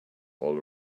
all